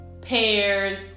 pears